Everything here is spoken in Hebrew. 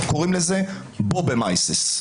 קוראים לזה "בובע מייסעס",